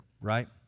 right